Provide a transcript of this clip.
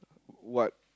what